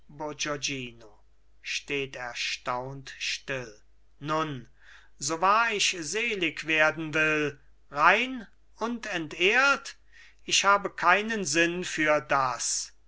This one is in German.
steht erstaunt still nun so wahr ich selig werden will rein und entehrt ich habe keinen sinn für das